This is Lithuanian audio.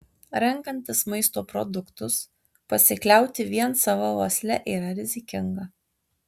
renkantis maisto produktus pasikliauti vien sava uosle yra rizikinga